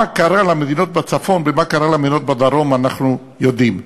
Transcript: מה קרה למדינות בצפון ומה קרה למדינות בדרום אנחנו יודעים.